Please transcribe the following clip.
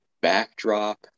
backdrop